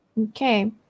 Okay